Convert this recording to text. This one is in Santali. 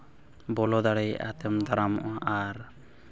ᱵᱚᱞᱚ ᱫᱟᱲᱮᱭᱟᱜᱼᱟ ᱛᱮᱢ ᱫᱟᱨᱟᱢᱚᱜᱼᱟ ᱟᱨ